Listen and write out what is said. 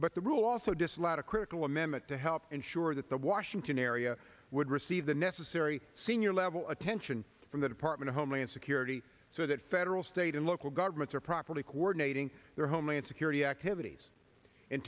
but the rule also disallowed a critical amendment to help ensure that the washington area would receive the necessary senior level attention from the department of homeland security so that federal state and local governments are properly coordinating their homeland security activities in